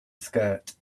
skirt